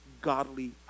godly